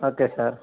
okay sir